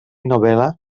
novel·la